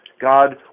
God